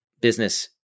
business